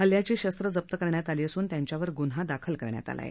हल्ल्याची शस्त्रं जप्त करण्यात आली असून त्यांच्यावर गुन्हा दाखल करण्यात आला आहे